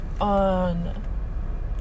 on